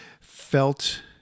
felt